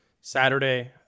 Saturday